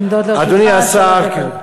עומדות לרשותך שלוש דקות.